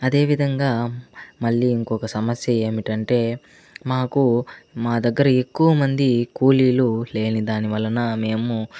అదేవిధంగా మళ్లీ ఇంకొక సమస్య ఏమిటంటే మాకు మా దగ్గర ఎక్కువ మంది కూలీలు లేని దానివలన మేము